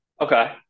Okay